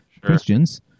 Christians